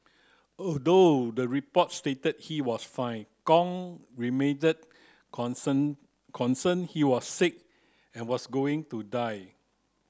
although the report stated he was fine Kong remained concern concerned he was sick and was going to die